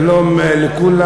שלום לכולם.